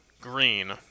green